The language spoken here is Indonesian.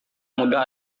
muda